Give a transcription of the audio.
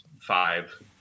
five